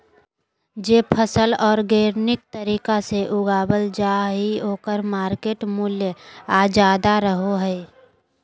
जे फसल ऑर्गेनिक तरीका से उगावल जा हइ ओकर मार्केट वैल्यूआ ज्यादा रहो हइ